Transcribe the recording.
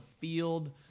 field